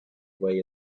way